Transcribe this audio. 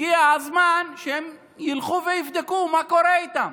והגיע הזמן שהם ילכו ויבדקו מה קורה איתם.